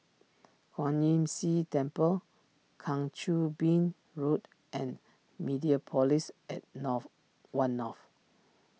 Kwan Imm See Temple Kang Choo Bin Road and Mediapolis at North one North